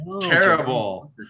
Terrible